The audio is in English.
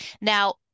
Now